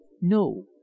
No